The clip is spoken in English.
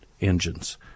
engines